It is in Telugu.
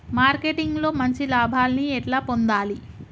మార్కెటింగ్ లో మంచి లాభాల్ని ఎట్లా పొందాలి?